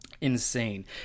insane